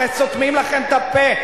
הרי סותמים לכם את הפה.